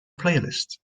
playlist